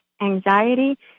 anxiety